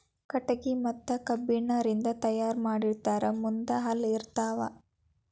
ಕಟಗಿ ಮತ್ತ ಕಬ್ಬಣ ರಿಂದ ತಯಾರ ಮಾಡಿರತಾರ ಮುಂದ ಹಲ್ಲ ಇರತಾವ